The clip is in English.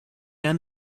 end